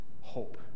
hope